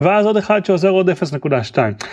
ואז עוד אחד שעוזר עוד 0.2